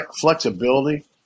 flexibility